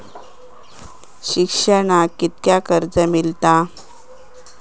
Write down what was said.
शिक्षणाक कीतक्या कर्ज मिलात?